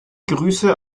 grüße